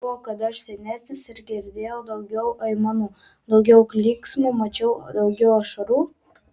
tuo kad aš senesnis ir girdėjau daugiau aimanų daugiau klyksmo mačiau daugiau ašarų